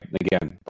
again